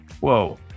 Whoa